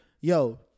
yo